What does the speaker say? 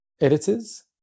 editors